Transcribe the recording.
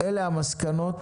אלו המסקנות.